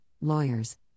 lawyers